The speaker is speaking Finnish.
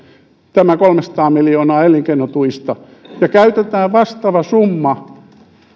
tämä kolmesataa miljoonaa elinkeinotuista ja käytetään vastaava summa